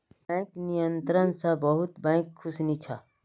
bank नियंत्रण स बहुत बैंक खुश नी छ